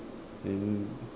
then